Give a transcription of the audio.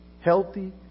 Healthy